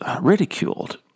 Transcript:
ridiculed